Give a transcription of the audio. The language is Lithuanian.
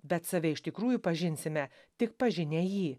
bet save iš tikrųjų pažinsime tik pažinę jį